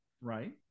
right